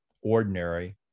ordinary